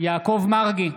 יעקב מרגי,